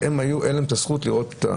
הייתה להם הזכות לראות.